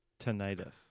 tinnitus